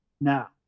Now